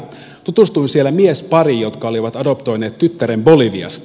tutustuin siellä miespariin joka oli adoptoinut tyttären boliviasta